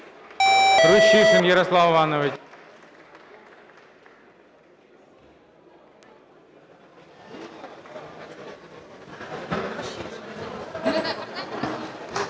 Рущишин Ярослав Іванович.